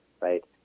right